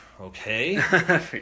okay